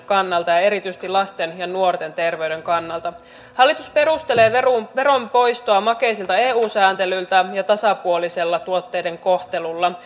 kannalta ja erityisesti lasten ja nuorten terveyden kannalta hallitus perustelee veron veron poistoa makeisilta eu sääntelyllä ja tasapuolisella tuotteiden kohtelulla